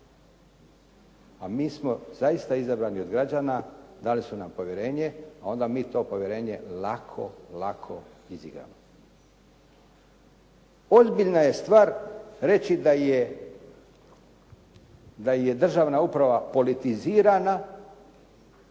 A mi smo zaista izabrani od građana, dali su nam povjerenje, a onda mi to povjerenje lako, lako izigramo. Ozbiljna je stvar reći da je državna uprava politizirana,